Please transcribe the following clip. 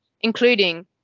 including